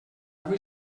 avui